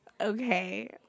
Okay